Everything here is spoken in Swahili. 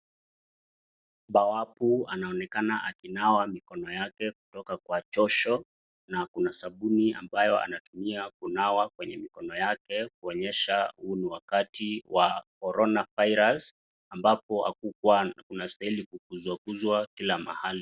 Bawabu anaonekana akinawa mikono yake kutoka kwa josho na kuna sabuni ambayo anatumia kunawa kwenye mikono yake kuonyesha huu ni wakati wa corona virus ambapo hakukuwa unastahili kukuza kila mahali.